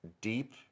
deep